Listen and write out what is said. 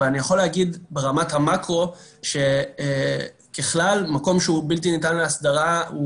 אבל אני יכול להגיד ברמת המאקרו שככלל מקום שהוא בלתי ניתן להסדרה הוא